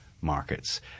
markets